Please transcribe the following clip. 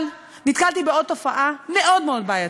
אבל נתקלתי בעוד תופעה מאוד מאוד בעייתית.